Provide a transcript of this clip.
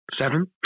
Seven